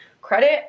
Credit